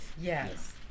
Yes